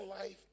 life